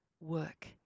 work